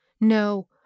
No